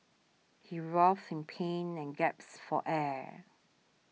he in pain and gaps for air